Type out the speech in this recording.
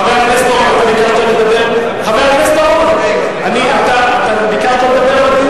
חבר הכנסת אורון, אתה ביקשת לדבר?